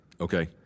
Okay